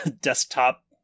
desktop